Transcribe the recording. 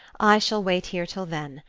i shall wait here till then.